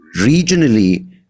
regionally